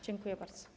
Dziękuję bardzo.